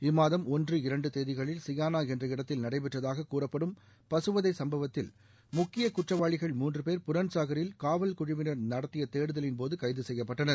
இம்மாதம் ஒன்று இரண்டு தேதிகளில் சியானா என்ற இடத்தில் நடைபெற்றதாக கூறப்படும் பசுவதை சும்பவத்தில் முக்கிய குற்றவாளிகள் மூன்று பேர் புலந்துசாகரில் காவல் குழுவினர் நடத்திய தேடுதலின் போது கைது செய்யப்பட்டனர்